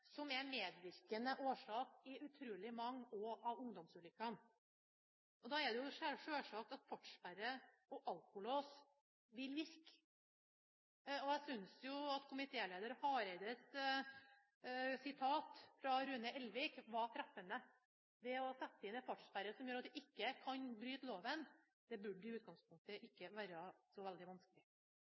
som er medvirkende årsak i utrolig mange av ungdomsulykkene. Da er det selvsagt at fartssperre og alkolås vil virke. Jeg synes jo at komitéleder Hareides sitat fra Rune Elvik var treffende. Det å sette inn en fartssperre som gjør at du ikke kan bryte loven, burde i utgangspunktet ikke være så veldig vanskelig.